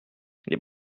les